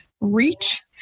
reach